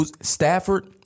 Stafford